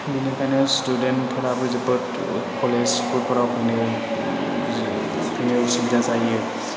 बेनिखायनो स्टुडेन्तफोराबो जोबोद कलेज स्कुलफोराव फैनो असुबिदा जायो